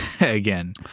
again